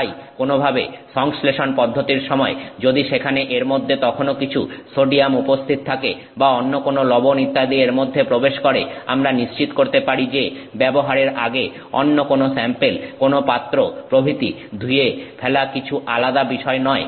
তাই কোনভাবে সংশ্লেষণ পদ্ধতির সময় যদি সেখানে এর মধ্যে তখনো কিছুই সোডিয়াম উপস্থিত থাকে বা অন্য কোন লবণ ইত্যাদি এর মধ্যে প্রবেশ করে আমরা নিশ্চিত করতে পারি যে ব্যবহারের আগে অন্য কোনো স্যাম্পেল কোন পাত্র প্রভৃতি ধুয়ে ফেলা কিছু আলাদা বিষয় নয়